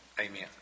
Amen